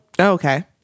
okay